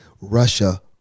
russia